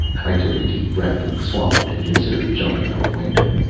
i took a deep breath and swallowed and considered jumping out the window.